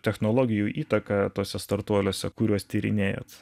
technologijų įtaką tuose startuoliuose kuriuos tyrinėjat